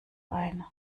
ein